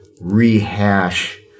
rehash